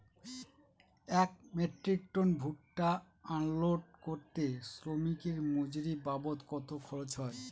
এক metric ton ভুট্টা unload করতে শ্রমিকের মজুরি বাবদ কত খরচ হয়?